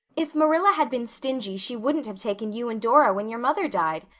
if marilla had been stingy she wouldn't have taken you and dora when your mother died.